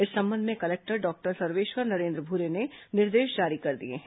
इस संबंध में कलेक्टर डॉक्टर सर्वेश्वर नरेन्द्र भूरे ने निर्देश जारी कर दिए हैं